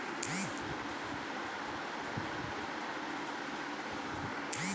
बारह कट्ठा खेत के गेहूं में केतना यूरिया देवल जा?